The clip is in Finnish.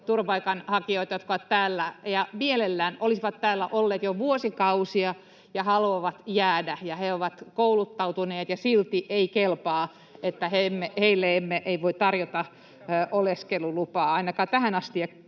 turvapaikanhakijoita, jotka ovat täällä olleet jo vuosikausia ja mielellään haluavat jäädä, ja he ovat kouluttautuneet — ja silti ei kelpaa, heille ei voi tarjota oleskelulupaa. Ainakaan tähän asti